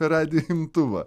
radijo imtuvą